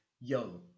yo